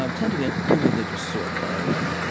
um tend to be an irreligious sort, by and large.